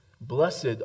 Blessed